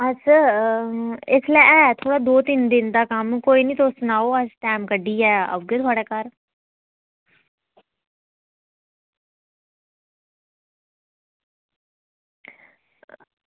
अच्छा इसलै ऐ थोह्ड़ा दो तिन्न दिन दा कम्म कोई निं तुस सनाओ अस टैम कड्ढियै ओह्गे थुआढ़े घर